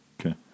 Okay